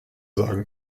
sagen